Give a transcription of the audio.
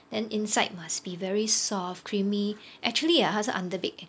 then inside must be very soft creamy actually ah 它是 underbaked